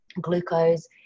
glucose